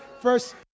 first